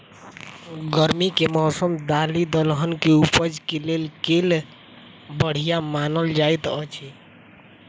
गर्मी केँ मौसम दालि दलहन केँ उपज केँ लेल केल बढ़िया मानल जाइत अछि?